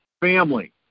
family